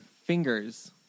fingers